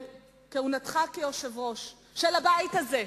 בכהונתך כיושב-ראש של הבית הזה,